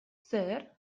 zer